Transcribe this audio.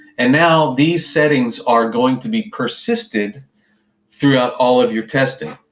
and now these settings are going to be persisted throughout all of your testing,